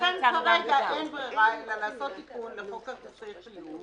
לכן כרגע אין ברירה אלא לעשות תיקון לחוק כרטיסי חיוב.